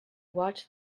watched